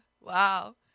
wow